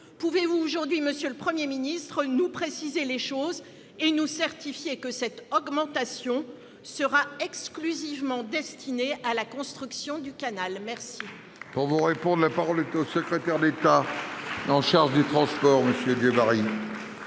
Pouvez-vous aujourd'hui, monsieur le Premier ministre, nous préciser les choses et nous certifier que cette augmentation sera exclusivement destinée à la construction du canal ? La parole est à M. le secrétaire d'État chargé des transports. Monsieur le